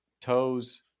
toes